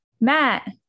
Matt